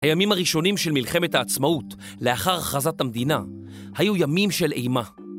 הימים הראשונים של מלחמת העצמאות, לאחר הכרזת המדינה, היו ימים של אימה.